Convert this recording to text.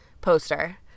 poster